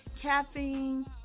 caffeine